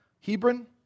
Hebron